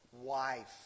wife